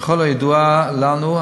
ככל הידוע לנו,